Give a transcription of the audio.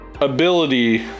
ability